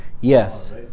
Yes